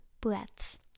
breaths